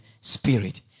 Spirit